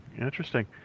interesting